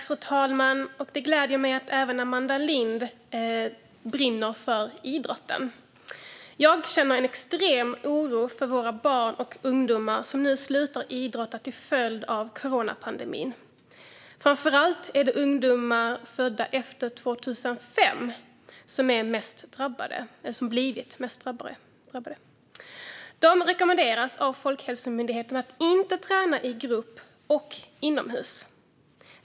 Fru talman! Det gläder mig att även Amanda Lind brinner för idrotten. Jag känner en extrem oro för våra barn och ungdomar som nu slutar idrotta till följd av coronapandemin. Framför allt är det ungdomar födda före 2005 som blivit drabbade. De rekommenderas av Folkhälsomyndigheten att inte träna i grupp eller inomhus.